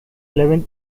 eleven